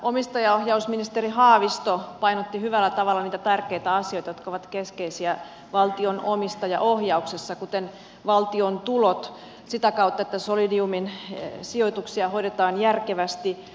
omistajaohjausministeri haavisto painotti hyvällä tavalla niitä tärkeitä asioita jotka ovat keskeisiä valtion omistajaohjauksessa kuten valtion tulot sitä kautta että solidiumin sijoituksia hoidetaan järkevästi